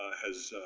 has